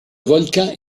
volcan